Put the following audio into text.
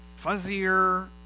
fuzzier